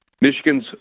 Michigan's